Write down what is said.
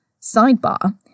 Sidebar